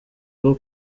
rwo